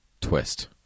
Twist